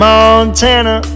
Montana